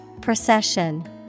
Procession